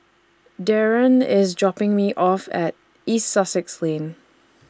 Deron IS dropping Me off At East Sussex Lane